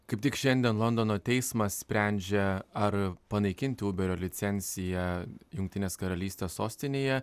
kaip tik šiandien londono teismas sprendžia ar panaikinti uberio licenciją jungtinės karalystės sostinėje